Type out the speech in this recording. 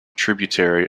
tributary